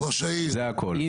זה הכול.